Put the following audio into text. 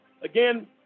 again